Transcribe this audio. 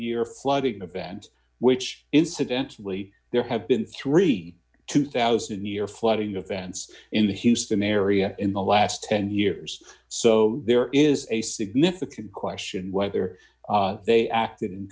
year flood event which incidentally there have been thirty two thousand year flooding events in the houston area in the last ten years so there is a significant question whether they acted